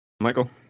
Michael